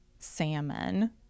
Salmon